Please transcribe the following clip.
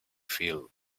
field